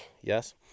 yes